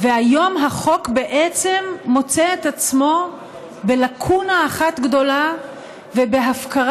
והיום החוק בעצם מוצא את עצמו בלקונה אחת גדולה ובהפקרה